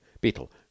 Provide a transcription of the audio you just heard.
Beetle